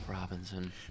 Robinson